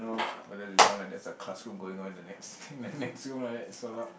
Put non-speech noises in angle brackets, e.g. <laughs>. why does it sound like there's a classroom going on in the next <laughs> the next room like that so loud